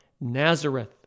Nazareth